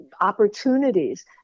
opportunities